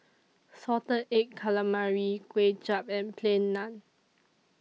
Salted Egg Calamari Kway Chap and Plain Naan